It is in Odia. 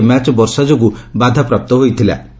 ଗୋଟିଏ ମ୍ୟାଚ୍ ବର୍ଷା ଯୋଗୁଁ ବାଧାପ୍ରାପ୍ତ ହୋଇଥିଲା